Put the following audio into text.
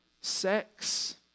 sex